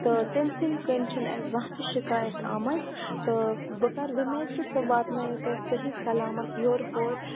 تہٕ تٔمۍ سٕنٛدۍ کَنۍ چھِنہٕ اَسہِ زانٛہہ تہِ شِکایَت آمٕژ تہٕ بہٕ کَرٕ وۄمید کہِ سُہ واتنایو تۄہہِ صحیح سلامَت یورٕ ہورٕ